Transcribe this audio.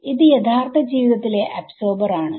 ഇത് യഥാർത്ഥ ജീവിതത്തിലെ അബ്സോർബർ ആണ്